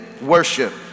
Worship